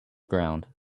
ground